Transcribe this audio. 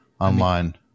online